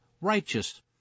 righteous